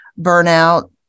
burnout